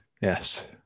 Yes